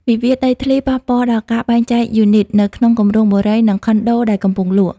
វិវាទដីធ្លីប៉ះពាល់ដល់ការបែងចែកយូនីត នៅក្នុងគម្រោងបុរី និងខុនដូដែលកំពុងលក់។